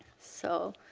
so,